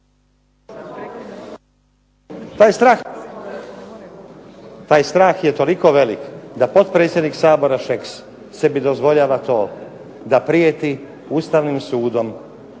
taj strah je toliko velik da potpredsjednik Sabora Šeks sebi dozvoljava to da prijeti Ustavnim sudom